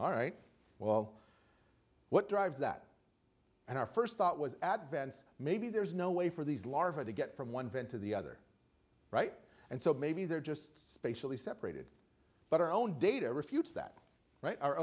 all right well what drives that and our first thought was advents maybe there's no way for these larva to get from one vent to the other right and so maybe they're just spatially separated but our own data refutes that right our